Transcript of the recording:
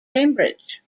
cambridge